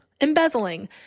embezzling